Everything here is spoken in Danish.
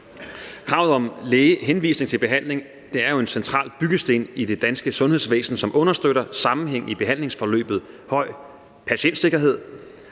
Kravet om lægehenvisning til behandling er jo en central byggesten i det danske sundhedsvæsen, som understøtter en sammenhæng i behandlingsforløbet, en høj patientsikkerhed